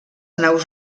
naus